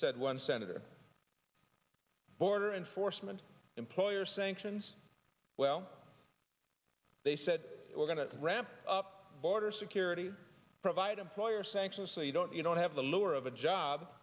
said one senator border enforcement employer sanctions well they said we're going to ramp up border security provided for your sanction so you don't you don't have the lure of a job